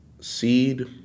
seed